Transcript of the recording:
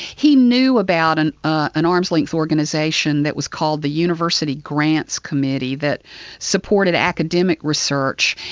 he knew about and an arm's-length organisation that was called the university grants committee, that supported academic research.